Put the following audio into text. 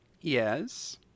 Yes